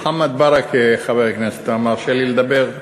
מוחמד ברכה, חבר הכנסת, אתה מרשה לי לדבר?